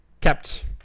kept